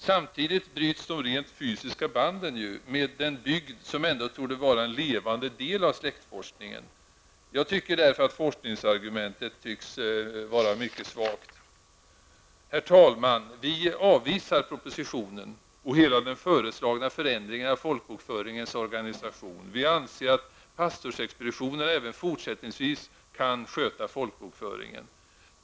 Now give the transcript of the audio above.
Samtidigt bryts de rent fysiska banden med den bygd som ändå torde vara en levande del av släktforskningen. Forskningsargumentet synes därför vara mycket svagt. Herr talman! Vi avvisar propositionen och hela den föreslagna förändringen av folkbokföringens organisation. Vi anser att pastorsexpeditionerna även fortsättningsvis kan sköta folkbokföringen.